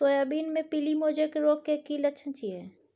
Soybean मे पीली mosaic रोग के की लक्षण छीये?